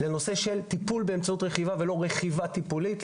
בנושא של טיפול באמצעות רכיבה ולא רכיבה טיפולית,